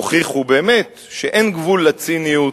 הוכיחו באמת שאין גבול לציניות,